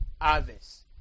others